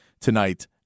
tonight